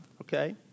okay